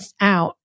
out